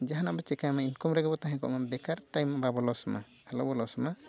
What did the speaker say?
ᱡᱟᱦᱟᱱᱟᱜ ᱵᱚᱱ ᱪᱤᱠᱟᱹᱭ ᱢᱮ ᱤᱱᱠᱟᱢ ᱨᱮᱜᱮ ᱵᱚᱱ ᱛᱟᱦᱮᱸ ᱠᱚᱜ ᱢᱟ ᱵᱮᱠᱟᱨ ᱴᱟᱭᱤᱢ ᱵᱟᱵᱚ ᱞᱚᱥ ᱢᱟ ᱟᱞᱚ ᱵᱚᱱ ᱞᱚᱥ ᱢᱟ